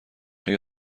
آیا